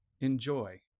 enjoy